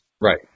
Right